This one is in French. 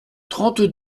trente